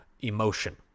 Emotion